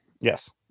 Yes